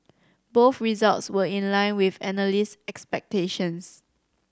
both results were in line with analyst expectations